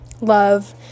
love